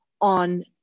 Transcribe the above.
on